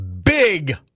big